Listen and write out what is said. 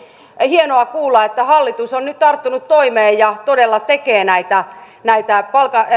hienoa kuulla että hallitus on nyt tarttunut toimeen ja todella tekee näitä näitä